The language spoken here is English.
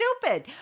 stupid